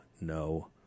no